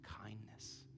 kindness